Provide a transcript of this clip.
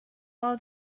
are